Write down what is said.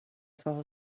fall